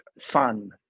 fun